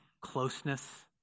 closeness